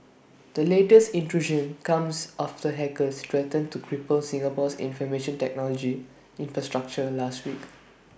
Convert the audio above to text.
the latest intrusion comes after hackers threatened to cripple Singapore's information technology infrastructure last week